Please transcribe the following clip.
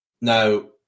Now